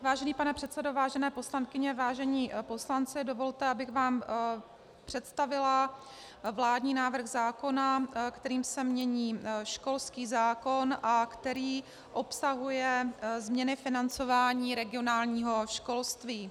Vážený pane předsedo, vážené poslankyně, vážení poslanci, dovolte, abych vám představila vládní návrh zákona, kterým se mění školský zákon a který obsahuje změny financování regionálního školství.